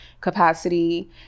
capacity